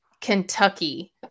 Kentucky